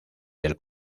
del